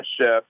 Chef